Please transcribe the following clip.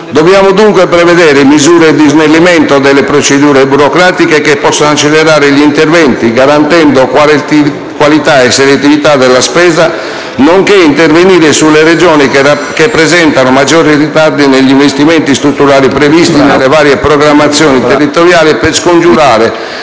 Dobbiamo dunque prevedere misure di snellimento delle procedure burocratiche che possano accelerare gli interventi, garantendo qualità e selettività della spesa, nonché intervenire sulle Regioni che presentano maggiori ritardi negli investimenti strutturali previsti nelle varie programmazioni territoriali per scongiurare